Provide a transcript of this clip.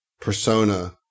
persona